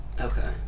okay